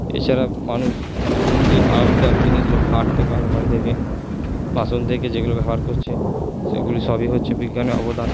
এছাড়া মানুষ এখন যে আরামদায়ক জিনিস খাট থেকে আলমারি থেকে বাসন থেকে যেগুলো ব্যবহার করছে সেগুলি সবই হচ্ছে বিজ্ঞানের অবদান